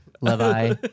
Levi